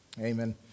Amen